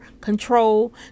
control